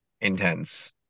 intense